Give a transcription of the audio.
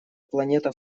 планета